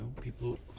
people